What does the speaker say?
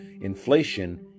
inflation